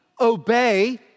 obey